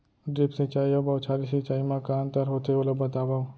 Drip सिंचाई अऊ बौछारी सिंचाई मा का अंतर होथे, ओला बतावव?